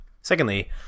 Secondly